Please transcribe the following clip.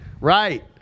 right